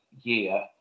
year